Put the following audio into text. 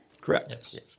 Correct